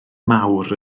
mawr